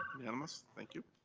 unanimous. thank you.